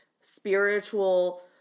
spiritual